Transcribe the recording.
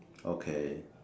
okay